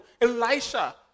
Elisha